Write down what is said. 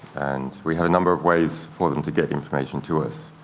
and we have a number of ways for them to get information to us.